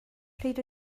pryd